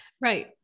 Right